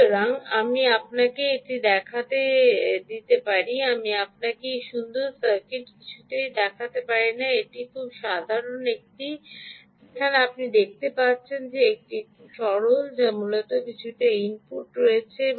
সুতরাং আপনাকে এটি দেখাতে দাও আমি আপনাকে এই সুন্দর সার্কিট কিছুই দেখাতে পারি না এটি খুব সাধারণ একটি আপনি দেখতে পাচ্ছেন যে এটি একটি সরল যা মূলত কিছুটা ইনপুট রয়েছে